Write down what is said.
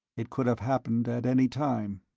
it could have happened at any time,